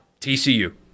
TCU